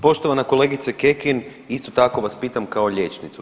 Poštovana kolegice Kekin, isto tako vas pitam kao liječnicu.